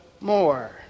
more